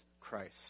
Christ